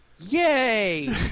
Yay